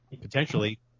potentially